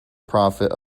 prophet